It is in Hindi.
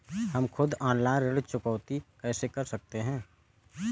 हम खुद ऑनलाइन ऋण चुकौती कैसे कर सकते हैं?